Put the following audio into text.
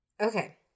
okay